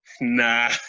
Nah